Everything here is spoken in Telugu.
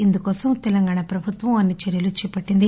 ఇందుకోసం తెలంగాణ ప్రభుత్వం అన్ని చర్యలు చేపట్టింది